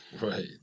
Right